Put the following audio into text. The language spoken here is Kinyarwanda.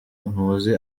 ntuzi